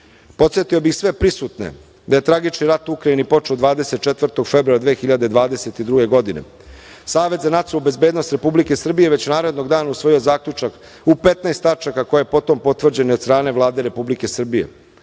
odmoći. Podsetio bih sve prisutne da je tragični rat u Ukrajini počeo 24. februara 2022. godine. Savet za nacionalnu bezbednost Republike Srbije već narednog dana je usvoji Zaključak u 15 tačaka koje su potom potvrđene od strane Vlade Republike Srbije.